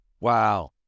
Wow